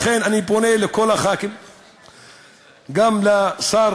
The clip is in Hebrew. לכן אני פונה לכל חברי הכנסת, גם לשר